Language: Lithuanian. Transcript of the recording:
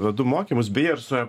vedu mokymus beje ir su e